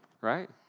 Right